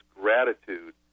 gratitude